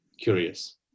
curious